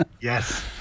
yes